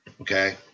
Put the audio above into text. Okay